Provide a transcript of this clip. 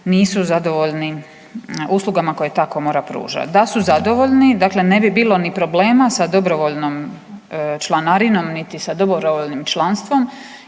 nisu zadovoljni uslugama koje ta komora pruža, da su zadovoljni dakle ne bi bilo ni problema sa dobrovoljnom članarinom niti sa dobrovoljnim članstvom.